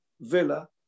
Villa